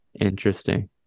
Interesting